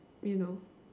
you know